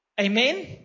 Amen